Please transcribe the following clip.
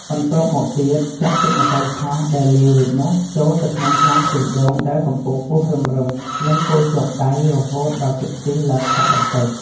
បន្ទាប់មកទៀត ចាក់ទឹកម្សៅឆាដែលលាយរួចនោះ ចូលទៅក្នុងឆ្នាំងខ្ទិះដូងដែលកំពុងពុះរឹមៗ និងកូរជាប់ដៃ រហូតដល់ទឹកខ្ទិះឡើងខាប់បន្តិច។